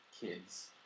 kids